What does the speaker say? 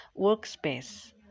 workspace